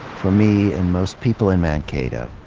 for me and most people in mankato,